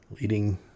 Leading